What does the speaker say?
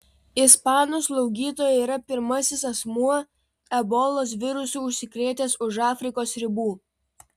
ispanų slaugytoja yra pirmasis asmuo ebolos virusu užsikrėtęs už afrikos ribų